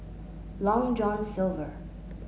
Long John Silver